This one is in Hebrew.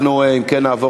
אנחנו אם כן נעבור